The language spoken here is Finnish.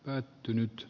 pää tyynyt